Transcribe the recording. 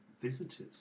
visitors